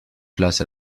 place